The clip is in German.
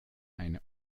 eine